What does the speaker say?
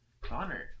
Connor